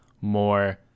more